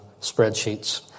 spreadsheets